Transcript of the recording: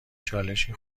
چالشی